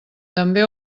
també